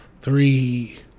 three